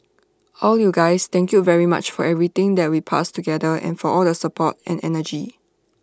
all you guys thank you very much for everything that we passed together and for all the support and energy